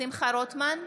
שמחה רוטמן,